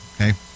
okay